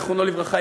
זיכרונו לברכה,